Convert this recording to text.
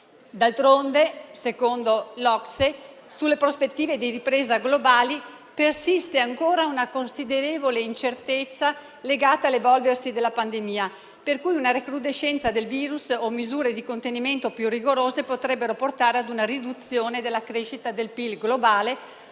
D'altronde, secondo l'OCSE, sulle prospettive di ripresa globali persiste ancora una considerevole incertezza legata all'evolversi della pandemia, per cui una recrudescenza del virus o misure di contenimento più rigorose potrebbero portare ad una riduzione della crescita del PIL globale,